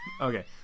Okay